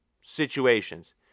situations